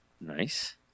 Nice